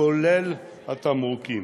כולל התמרוקים.